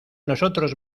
nosotros